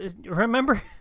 remember